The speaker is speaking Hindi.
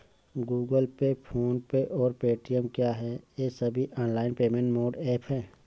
गूगल पे फोन पे और पेटीएम क्या ये सभी ऑनलाइन पेमेंट मोड ऐप हैं?